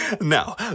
Now